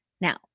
Now